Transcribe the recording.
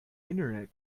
internet